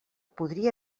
podria